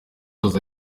ahita